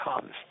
comes